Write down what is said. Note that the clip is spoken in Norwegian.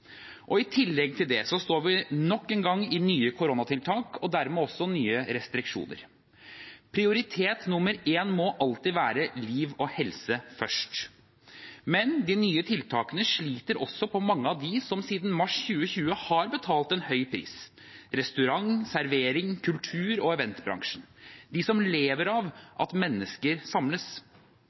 I tillegg til det står vi nok en gang i nye koronatiltak og dermed også nye restriksjoner. Prioritet nummer én må alltid være liv og helse først. Men de nye tiltakene sliter også på mange av dem som siden mars 2020 har betalt en høy pris – restaurant-, serverings-, kultur- og eventbransjen – de som lever av at mennesker samles.